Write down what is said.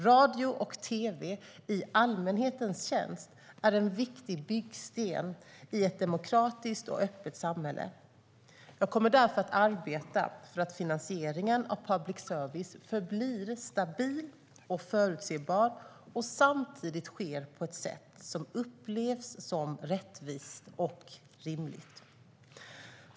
Radio och tv i allmänhetens tjänst är en viktig byggsten i ett demokratiskt och öppet samhälle. Jag kommer därför att arbeta för att finansieringen av public service förblir stabil och förutsebar och samtidigt sker på ett sätt som upplevs som rättvist och rimligt.